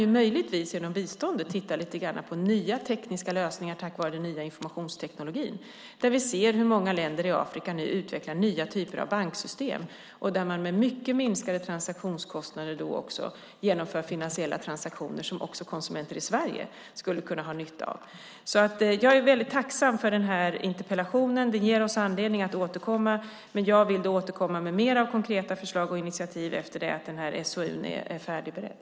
Genom biståndet kan vi möjligtvis titta lite grann på nya tekniska lösningar tack vare den nya informationsteknologin. Vi kan se hur många länder i Afrika nu utvecklar nya typer av banksystem. Där genomför man finansiella transaktioner med mycket minskade transaktionskostnaderna som också konsumenter i Sverige skulle kunna ha nytta av. Jag är väldigt tacksam för den här interpellationen. Den ger oss anledning att återkomma, men jag vill då återkomma med mer av konkreta förslag och initiativ efter att denna SOU är färdigberedd.